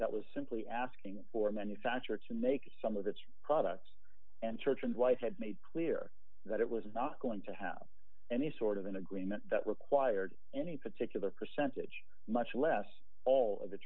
that was simply asking for a manufacturer to make some of its products and churches white had made clear that it was not going to have any sort of an agreement that required any particular percentage much less all